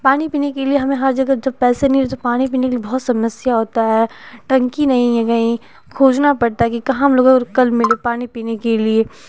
पानी पीने के लिए हमें हर जगह जब पैसे नहीं हो तो पानी पीने के लिए बहुत समस्या होता है टंकी नहीं है कहीं खोजना पड़ता है की कहाँ हम लोग को कल मिले पानी पीने के लिए